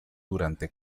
durante